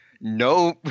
no